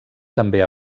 també